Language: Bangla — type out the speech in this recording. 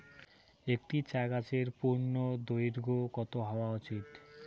একটি চা গাছের পূর্ণদৈর্ঘ্য কত হওয়া উচিৎ?